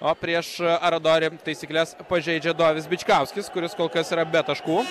o prieš aradori taisykles pažeidžia dovis bičkauskis kuris kol kas yra be taškų